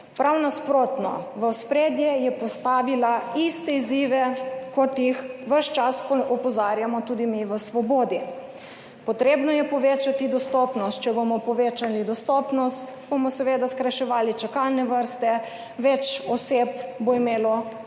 Prav nasprotno, v ospredje je postavila iste izzive kot jih ves čas opozarjamo tudi mi v Svobodi, potrebno je povečati dostopnost, če bomo povečali dostopnost, bomo seveda skrajševali čakalne vrste, več oseb bo imelo svojega